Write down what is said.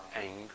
angry